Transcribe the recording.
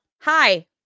Hi